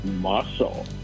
Muscle